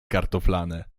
kartoflane